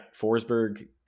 Forsberg